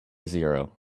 zero